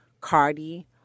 Cardi